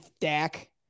Dak